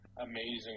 amazing